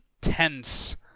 tense